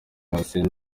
cassien